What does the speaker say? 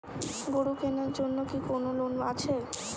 গরু কেনার জন্য কি কোন লোন আছে?